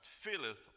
filleth